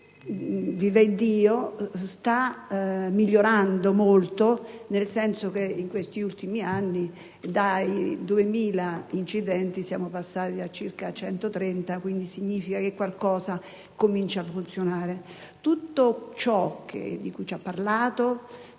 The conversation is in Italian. vivaddio, sta molto migliorando, dal momento che in questi ultimi anni da 2.000 incidenti siamo passati a circa 130 e ciò significa che qualcosa comincia a funzionare. Tutto ciò di cui ci ha parlato,